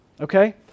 okay